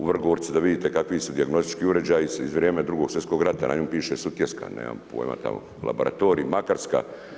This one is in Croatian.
U Vrgorcu da vidite kakvi su dijagnostički uređaji iz vrijeme Drugo svjetskog rata, na njemu piše Sutjeska, nemam pojama tamo, laboratorij Makarska.